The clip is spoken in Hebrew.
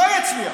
לא יצליח.